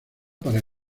para